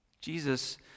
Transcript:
Jesus